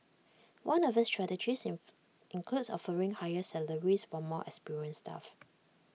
one of its strategies includes offering higher salaries for more experienced staff